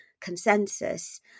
consensus